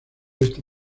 esta